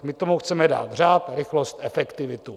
My tomu chceme dát řád, rychlost, efektivitu.